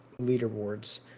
leaderboards